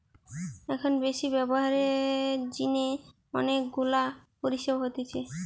এখন বেশি ব্যবহারের জিনে অনেক গুলা পরিষেবা হতিছে